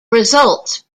results